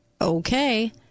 Okay